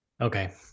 Okay